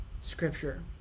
scripture